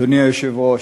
אדוני היושב-ראש,